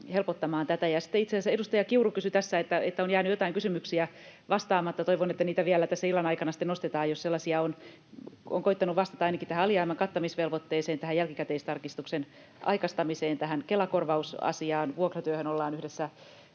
helpottamaan tätä. Sitten itse asiassa edustaja Kiuru sanoi tässä, että on jäänyt joihinkin kysymyksiin vastaamatta. Toivon, että niitä vielä tässä illan aikana sitten nostetaan, jos sellaisia on. Olen koettanut vastata ainakin tähän alijäämän kattamisvelvoitteeseen, tähän jälkikäteistarkistuksen aikaistamiseen, tähän Kela-korvausasiaan, vuokratyöhön ollaan yhdessä